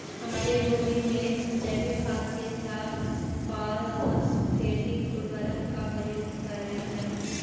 अम्लीय भूमि में जैविक खाद के साथ फॉस्फेटिक उर्वरक का प्रयोग करे चाही